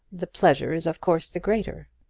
the pleasure is of course the greater.